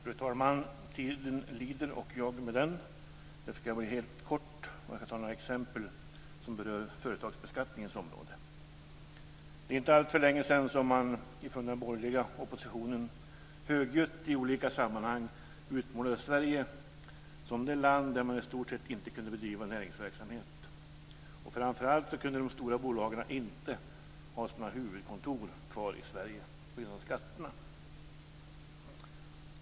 Fru talman! Tiden lider och jag med den. Det ska bli helt kort. Jag ska ta några exempel som berör företagsbeskattningens område. Det är inte alltför länge sedan man från den borgerliga oppositionen högljutt i olika sammanhang utmålade Sverige som det land där man i stort sett inte kunde bedriva näringsverksamhet. Framför allt kunde de stora bolagen inte ha sina huvudkontor kvar i Sverige på grund av skatterna.